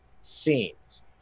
scenes